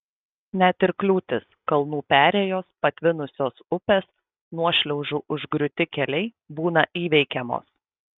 net ir kliūtys kalnų perėjos patvinusios upės nuošliaužų užgriūti keliai būna įveikiamos